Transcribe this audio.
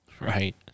Right